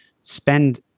spend